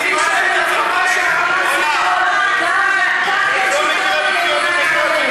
ה"חמאס" ייפול בדיוק כמו ששלטון הימין ייפול,